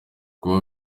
kuba